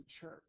church